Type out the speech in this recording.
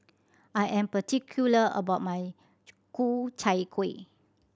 I am particular about my Ku Chai Kueh